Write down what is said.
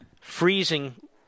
freezing